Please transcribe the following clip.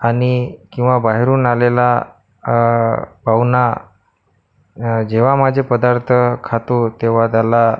आणि किंवा बाहेरून आलेला पाहुणा जेव्हा माझे पदार्थ खातो तेव्हा त्याला